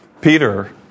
Peter